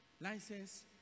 License